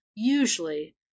usually